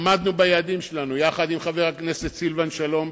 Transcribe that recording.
עמדנו ביעדים שלנו יחד עם חבר הכנסת סילבן שלום,